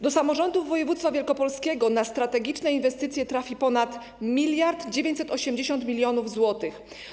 Do samorządów województwa wielkopolskiego na strategiczne inwestycje trafi ponad 1980 mln zł.